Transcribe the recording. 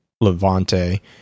Levante